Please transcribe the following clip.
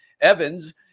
Evans